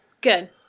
Good